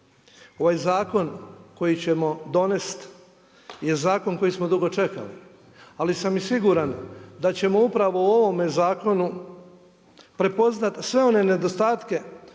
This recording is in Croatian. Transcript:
Ovaj zakon koji ćemo donesti, je zakon koji smo dugo čekali. Ali sam i siguran da ćemo upravo u ovome zakonu prepoznati sve one nedostatke